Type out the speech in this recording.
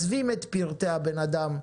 מסווים את פרטי הבן-אדם,